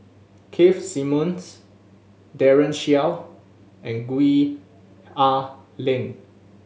Keith Simmons Daren Shiau and Gwee Ah Leng